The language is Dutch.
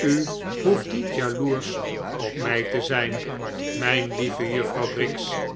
u hoeft niet jaloersch op mij te zijn mijn lieve juffrouw briggs